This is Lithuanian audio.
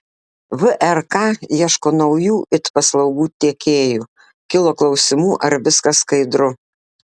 vrk ieško naujų it paslaugų tiekėjų kilo klausimų ar viskas skaidru